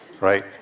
right